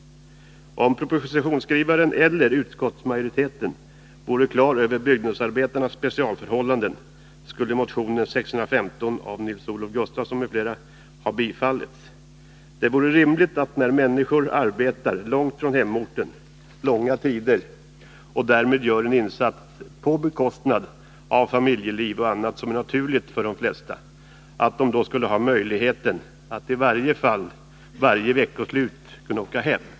Om propositionsskrivaren eller utskottsmajoriteten vore på det klara med byggnadsarbetarnas speciella förhållanden, skulle motionen 615 av Nils-Olof Gustafsson m.fl. ha bifallits. Det vore rimligt, när människor arbetar långt från hemorten under långa tider och därmed gör en insats på bekostnad av familjeliv och annat som är naturligt för de flesta, att de då skulle ha möjligheten att i varje fall vid varje veckoslut åka hem.